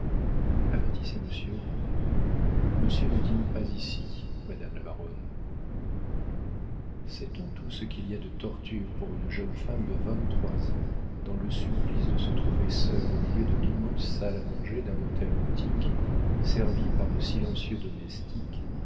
avertissez monsieur monsieur ne dîne pas ici madame la baronne sait-on tout ce qu'il y a de tortures pour une jeune femme de vingt-trois ans dans le supplice de se trouver seule au milieu de l'immense salle à manger d'un hôtel antique servie par de silencieux domestiques